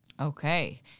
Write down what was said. Okay